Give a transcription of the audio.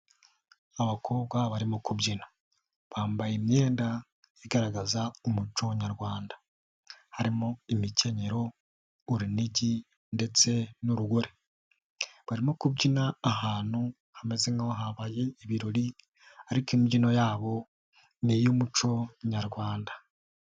Abakobwa barimo kubyina, bambaye imyenda igaragaza umuco nyarwanda, harimo: imikenyero, urunigi ndetse n'urugoreri, barimo kubyina ahantu hameze nk'aho habaye ibirori ariko imbyino yabo ni iy'umuco nyarwanda.